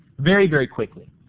very very quickly.